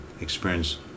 experience